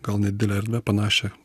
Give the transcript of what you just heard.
gal nedidelę erdvę panašią